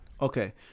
Okay